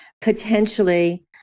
potentially